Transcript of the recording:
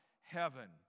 heaven